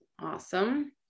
Awesome